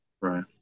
Right